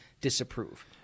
disapprove